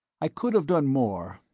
i could have done more,